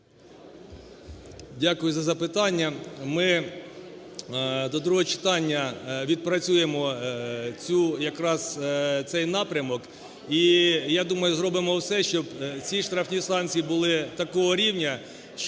Дякую за запитання. Ми до другого читання відпрацюємо цю якраз... цей напрямок, і я думаю, зробимо все, щоб ці штрафні санкції були такого рівня,